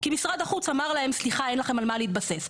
כי משרד החוץ אמר להם שאין להם על מה להתבסס,